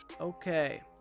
Okay